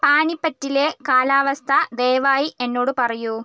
പാനിപ്പറ്റിലെ കാലാവസ്ഥ ദയവായി എന്നോട് പറയുക